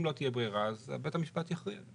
אם לא תהיה ברירה אז בית המשפט יכריע.